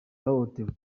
yahohotewe